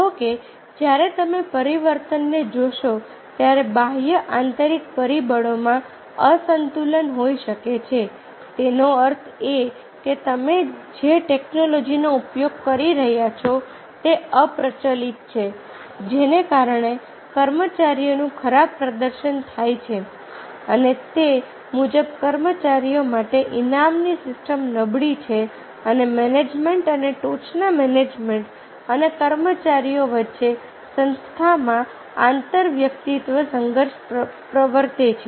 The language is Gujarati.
કહો કે જ્યારે તમે પરિવર્તનને જોશો ત્યારે બાહ્ય આંતરિક પરિબળોમાં અસંતુલન હોઈ શકે છે તેનો અર્થ એ કે તમે જે ટેક્નોલોજીનો ઉપયોગ કરી રહ્યાં છો તે અપ્રચલિત છે જેના કારણે કર્મચારીઓનું ખરાબ પ્રદર્શન થાય છે અને તે મુજબ કર્મચારીઓ માટે ઈનામની સિસ્ટમ નબળી છે અને મેનેજમેન્ટ અને ટોચના મેનેજમેન્ટ અને કર્મચારીઓ વચ્ચે સંસ્થામાં આંતરવ્યક્તિત્વ સંઘર્ષ પ્રવર્તે છે